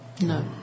No